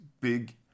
big